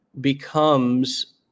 becomes